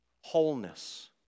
wholeness